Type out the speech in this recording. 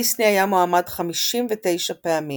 דיסני היה מועמד 59 פעמים